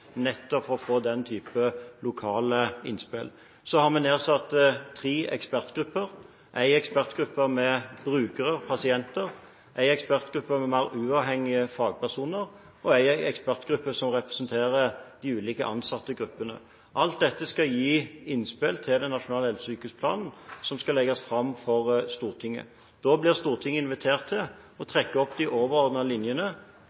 nettopp for å få den type lokale innspill. Så har vi nedsatt tre ekspertgrupper – en ekspertgruppe med brukere og pasienter, en ekspertgruppe med mer uavhengige fagpersoner og en ekspertgruppe som representerer de ulike ansattegruppene. Alt dette skal gi innspill til den nasjonale helse- og sykehusplanen som skal legges fram for Stortinget. Da blir Stortinget invitert til å trekke opp de overordnede linjene